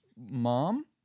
mom